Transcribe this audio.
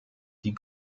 die